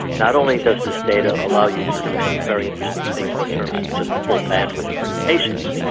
not only does this data allow you to do some very interesting things in terms of just full bandwidth communications,